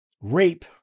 rape